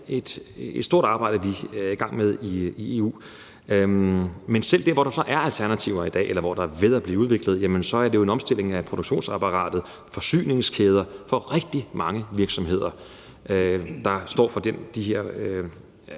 et stort arbejde, vi er i gang med i EU. Men selv der, hvor der så er alternativer i dag, eller hvor der er ved at blive udviklet alternativer, er der jo tale om en omstilling af produktionsapparatet og forsyningskæder for rigtig mange virksomheder, der står for de her